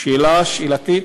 שאלה שאלתית.